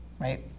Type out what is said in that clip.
right